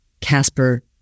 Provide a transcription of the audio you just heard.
Casper